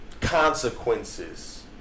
consequences